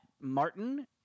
Martin